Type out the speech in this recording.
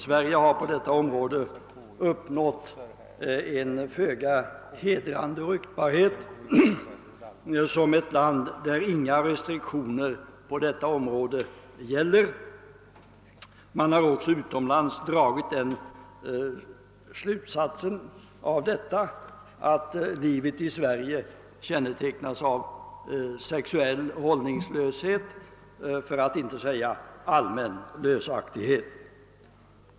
Sverige har på detta område uppnått en föga hedrande ryktbarhet som ett land där inga restriktioner på detta område gäller. Man har också utomlands dragit den slutsatsen att livet i Sverige kännetecknas av sexuell hållningslöshet, för att inte säga allmän lösaktighet.